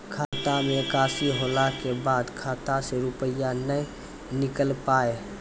खाता मे एकशी होला के बाद खाता से रुपिया ने निकल पाए?